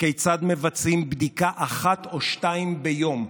וכיצד מבצעים בדיקה אחת או שתיים ביום,